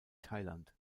thailand